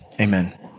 Amen